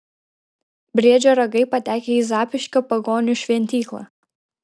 briedžio ragai patekę į zapyškio pagonių šventyklą